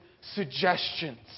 suggestions